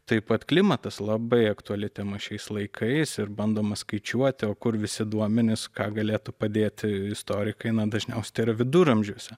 taip pat klimatas labai aktuali tema šiais laikais ir bandoma skaičiuoti o kur visi duomenys ką galėtų padėti istorikai dažniausiai tai yra viduramžiuose